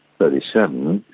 thirty seven,